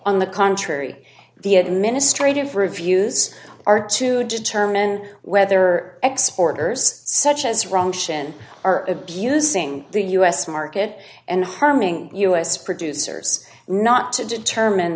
on the contrary the administrative reviews are to determine whether exporters such as wrong sion are abusing the us market and harming us producers not to determine